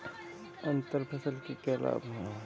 अंतर फसल के क्या लाभ हैं?